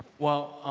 well